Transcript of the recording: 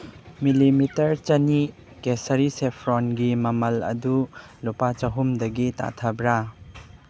millimetre ꯆꯅꯤ ꯀꯦꯁꯔꯤ ꯁꯦꯐ꯭ꯔꯣꯟꯒꯤ ꯃꯃꯜꯗꯨ ꯂꯨꯄꯥ ꯆꯍꯨꯝꯗꯒꯤ ꯇꯥꯊꯕ꯭ꯔꯥ